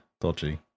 dodgy